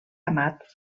amat